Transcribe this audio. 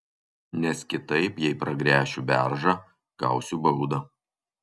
nes kitaip jei pragręšiu beržą gausiu baudą